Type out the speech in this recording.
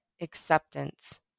acceptance